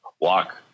walk